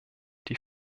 die